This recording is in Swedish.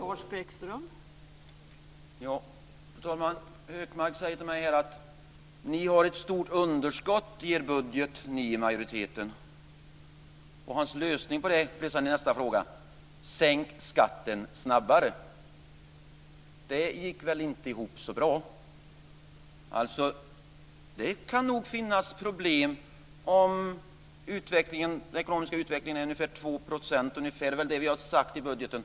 Fru talman! Hökmark säger här till mig: Ni i majoriteten har ett stort underskott i er budget. Hans lösning på det är: Sänk skatten snabbare! Det går väl inte ihop så bra. Det kan nog finnas problem om den ekonomiska utvecklingen är ungefär 2 %, som vi väl har sagt i budgeten.